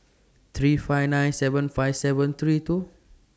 three five nine seven five seven three two